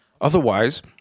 Otherwise